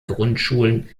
grundschulen